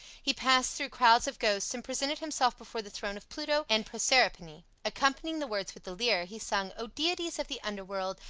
he passed through crowds of ghosts and presented himself before the throne of pluto and proserpine. accompanying the words with the lyre, he sung, o deities of the underworld,